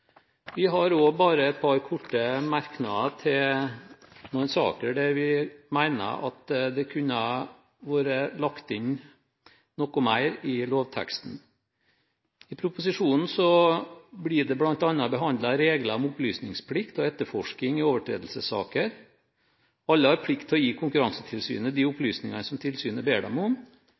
Vi har også bare et par korte merknader til noen saker, der vi mener at det kunne vært lagt inn noe mer i lovteksten. I proposisjonen blir det bl.a. behandlet regler om opplysningsplikt og etterforskning i overtredelsessaker. Alle har plikt til å gi Konkurransetilsynet de opplysninger som tilsynet ber dem om.